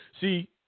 See